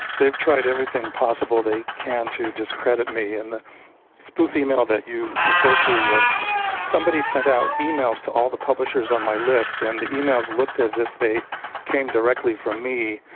they've tried everything possible they can to discredit me. and the spoof email that you refer to was somebody sent out emails to all the publishers on my list, and the emails looked as if they came directly from me.